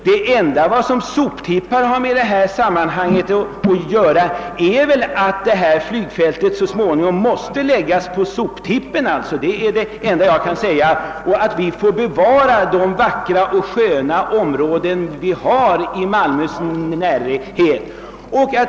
Det enda sammanhang som finns mellan soptipparna och detta flygfält är att flygfältsförslaget så småningom väl måste läggas på soptippen, såvitt jag förstår, och att vi får behålla det vackra område vi nu har i Malmös närhet.